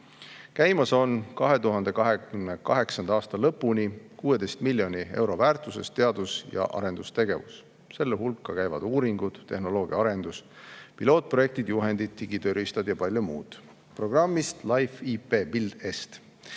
2050. 2028. aasta lõpuni käib 16 miljoni euro väärtuses teadus‑ ja arendustegevus. Selle hulka käivad uuringud, tehnoloogiaarendus, pilootprojektid, juhendid, digitööriistad ja palju muud programmist LIFE IP BuildEST,